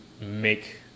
make